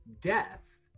death